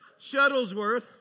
Shuttlesworth